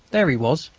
there he was,